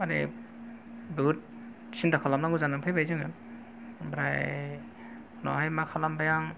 माने बहुथ सिन्था खालामनांगौ जानानै फैबाय जोङो ओमफ्राय उनावहाय मा खालामबाय आं